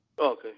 Okay